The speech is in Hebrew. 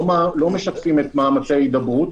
לא משקפים את מאמצי ההידברות,